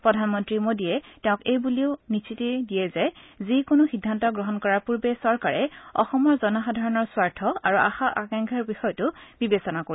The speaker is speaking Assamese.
প্ৰধানমন্ত্ৰী মোডীয়ে তেওঁক এইবুলি নিশ্চিতি দিয়ে যে যিকোনো সিদ্ধান্ত গ্ৰহণ কৰাৰ পূৰ্বে চৰকাৰে অসমৰ জনসাধাৰণৰ স্বাৰ্থ আৰু আশা আকাংক্ষাৰ বিষয়টো বিবেচনা কৰিব